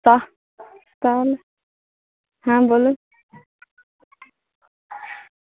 তাহ তাহলে হ্যাঁ বলুন